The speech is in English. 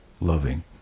loving